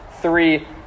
three